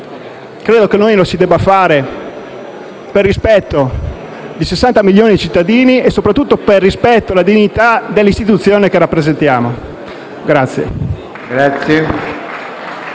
Credo che dobbiamo farlo per rispetto dei 60 milioni di cittadini e soprattutto per rispetto della dignità dell'istituzione che rappresentiamo.